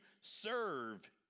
serve